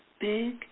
big